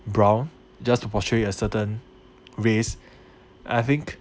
brown just to portray a certain race I think